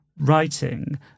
writing